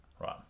Right